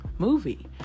movie